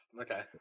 okay